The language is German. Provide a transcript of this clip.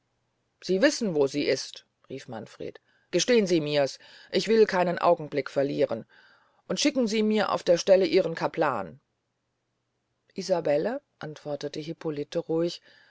sie wissen also wo sie ist rief manfred gestehn sie mirs ich will keinen augenblick verlieren und schicken sie mir auf der stelle ihren capellan isabelle antwortete hippolite ruhig